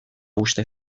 uste